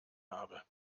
habe